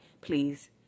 Please